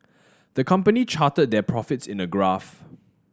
the company charted their profits in a graph